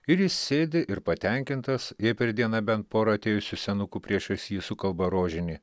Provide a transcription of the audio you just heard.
ir jis sėdi ir patenkintas jei per dieną bent pora atėjusių senukų priešais jį sukalba rožinį